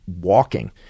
walking